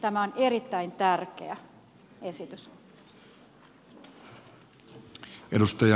tämä on erittäin tärkeä esitys